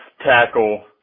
tackle